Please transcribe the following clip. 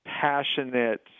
passionate